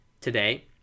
today